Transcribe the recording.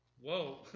Whoa